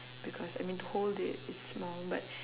because I mean to hold it it's small but